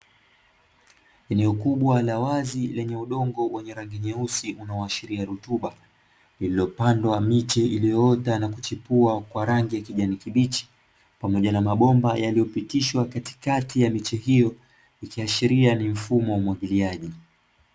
Eneo ukubwa la wazi lenye udongo wenye rangi nyeusi unaoashiria rutuba, lililopandwa miche iliyoota na kuchipua kwa rangi ya kijani kibichi pamoja na mabomba yaliyopitishwa katikati ya miche hiyo, ikiashiria ni mfumo wa umwagiliaji.